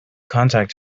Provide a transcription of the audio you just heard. contact